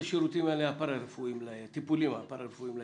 השירותים הטיפוליים הפרה-רפואיים לילדים.